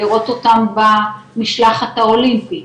לראות אותם במשלחת האולימפית,